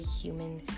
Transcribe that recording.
human